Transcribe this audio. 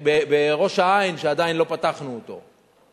בראש-העין, שעדיין לא פתחנו אותו.